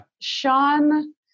Sean